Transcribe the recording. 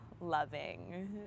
loving